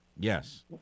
Yes